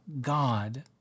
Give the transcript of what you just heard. God